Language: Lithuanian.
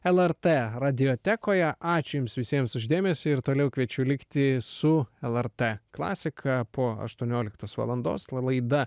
lrt radiotekoje ačiū jums visiems už dėmesį ir toliau kviečiu likti su lrt klasika po aštuonioliktos valandos l laida